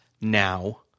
now